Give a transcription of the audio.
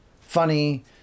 Funny